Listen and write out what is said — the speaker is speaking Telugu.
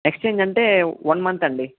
ఎక్స్చేంజ్ అంటే వన్ మంత్ అండి